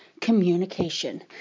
communication